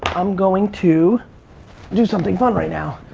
i'm going to do something fun right now.